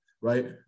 right